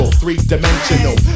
three-dimensional